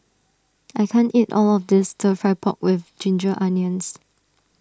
I can't eat all of this Stir Fry Pork with Ginger Onions